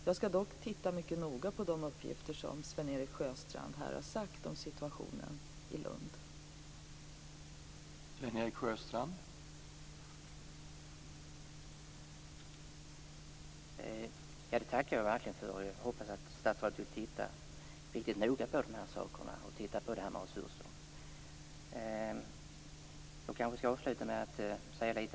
Jag skall titta mycket noga på de uppgifter som Sven-Erik Sjöstrand här har lämnat om situationen i Lund.